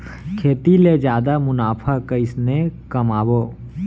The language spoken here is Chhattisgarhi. खेती ले जादा मुनाफा कइसने कमाबो?